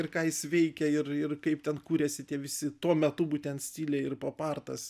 ir ką jis veikia ir ir kaip ten kūrėsi tie visi tuo metu būtent stiliai ir popartas